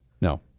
No